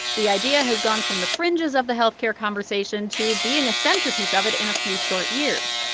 the idea has gone from the fringes of the health care conversation to being a centerpiece of it in a few short years.